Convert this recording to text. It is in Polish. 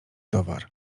towar